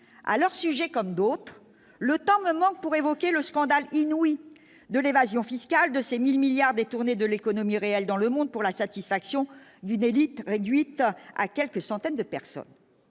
à leur sujet comme d'autres le temps me manque pour évoquer le scandale inouï de l'évasion fiscale de ces 1000 milliards détournés de l'économie réelle dans le monde pour la satisfaction d'une élite réduite à quelques centaines de personnes